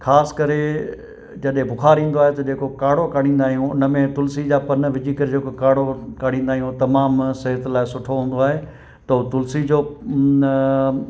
खास करे जॾहिं बुख़ारु ईंदो आहे त जेको काढ़ो काढ़िंदा आहियूं उन में तुलिसी जा पन विझी करे जेको काढ़ो काढ़िंदा आहियूं तमामु सिहत लाइ सुठो हूंदो आहे त उहो तुलिसी जो न